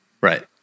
Right